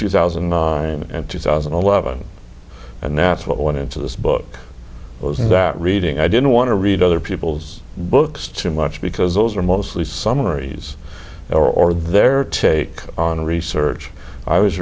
two thousand and two thousand and eleven and that's what went into this book was that reading i didn't want to read other people's books too much because those are mostly summaries or their take on research i was